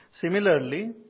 Similarly